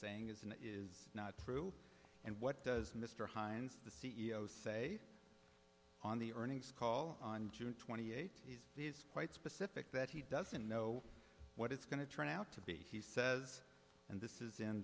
saying is and is not true and what does mr hines the c e o say on the earnings call on june twenty eighth is this quite specific that he doesn't know what it's going to turn out to be he says and this is in